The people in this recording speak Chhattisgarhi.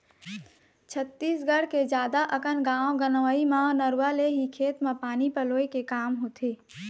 छत्तीसगढ़ के जादा अकन गाँव गंवई म नरूवा ले ही खेत म पानी पलोय के काम होथे